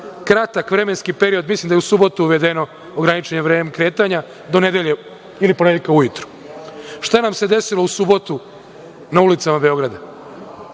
kratak vremenski period, mislim da je u subotu uvedeno ograničeno vreme kretanja do nedelje ili ponedeljka ujutru. Šta nam se desilo u subotu na ulicama Beograda?